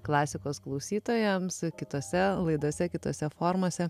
klasikos klausytojams kitose laidose kitose formose